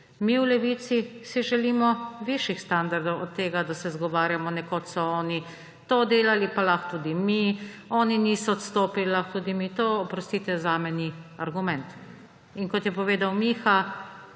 Mi v Levici si želimo višjih standardov od tega, da se izgovarjamo – nekoč so oni to delali, pa lahko tudi mi, oni niso odstopili, lahko tudi mi … To, oprostite, zame ni argument. In kot je povedal Miha,